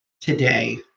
today